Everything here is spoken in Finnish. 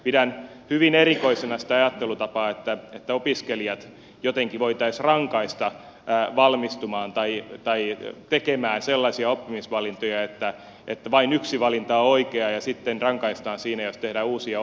pidän hyvän erikoisena sitä ajattelutapaa että opiskelijoita jotenkin voitaisiin rangaista valmistumaan tai tekemään sellaisia oppimisvalintoja että vain yksi valinta on oikea ja sitten rangaistaan siinä jos tehdään uusia oppimisvalintoja